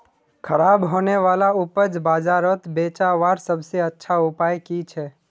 ख़राब होने वाला उपज बजारोत बेचावार सबसे अच्छा उपाय कि छे?